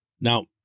Now